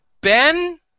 Ben